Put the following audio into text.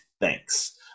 thanks